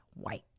white